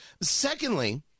Secondly